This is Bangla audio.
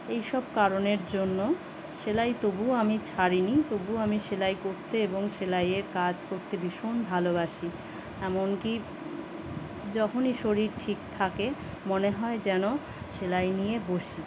এইসব কারণের জন্য সেলাই তবু আমি ছাড়িনি তবুও আমি সেলাই করতে এবং সেলাইয়ের কাজ করতে ভীষণ ভালোবাসি এমনকি যখনই শরীর ঠিক থাকে মনে হয় যেন সেলাই নিয়ে বসি